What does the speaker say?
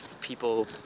people